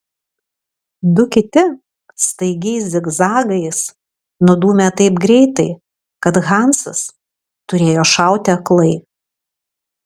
du kiti staigiais zigzagais nudūmė taip greitai kad hansas turėjo šauti aklai